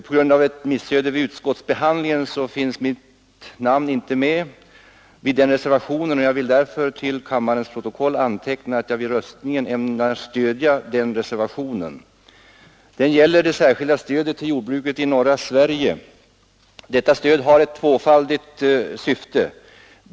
På grund av ett missöde vid utskottsbehandlingen finns mitt namn inte med på den reservationen, och jag vill därför till kammarens protokoll få antecknat att jag vid röstningen ämnar stödja reservationen 1, som gäller det särskilda stödet till jordbruket i norra Sverige. Detta stöd har ett tvåfaldigt syfte.